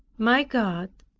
my god,